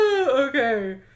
Okay